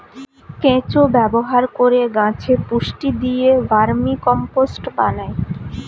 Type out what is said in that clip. কেঁচো ব্যবহার করে গাছে পুষ্টি দিয়ে ভার্মিকম্পোস্ট বানায়